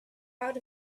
out